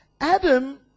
Adam